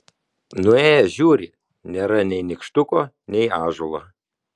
nuėjęs žiūri nėra nei nykštuko nei ąžuolo